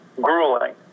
grueling